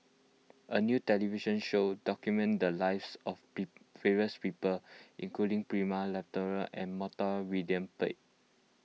a new television show documented lives of pee various people including Prema Letchumanan and Montague William Pett